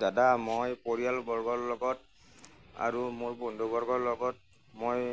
দাদা মই পৰিয়ালবৰ্গৰ লগত আৰু মোৰ বন্ধু বৰ্গৰ লগত মই